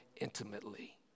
intimately